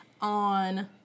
on